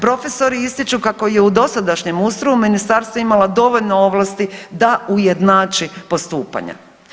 Profesori ističu kako je u dosadašnjem ustroju ministarstvo imalo dovoljno ovlasti da ujednači postupanja.